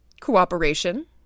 cooperation